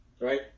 right